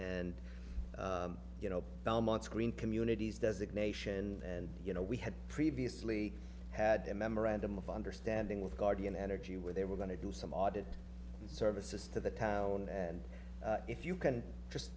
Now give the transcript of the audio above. and you know belmont's green communities designation and you know we had previously had a memorandum of understanding with guardian energy where they were going to do some audit services to the tower and if you can just